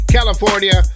California